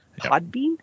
Podbean